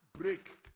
break